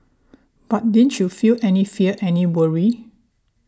but didn't you feel any fear any worry